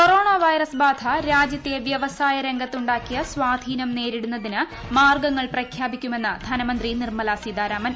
corona virus ബാധ രാജ്യത്തെ വ്യവസായ രംഗത്തുണ്ടാക്കിയ സ്വാധീനം നേരിടുന്നതിന് മാർഗ്ഗങ്ങൾ പ്രഖ്യാപിക്കുമെന്ന് ധനമന്ത്രി നിർമല സീതാരാമൻ